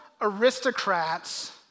aristocrats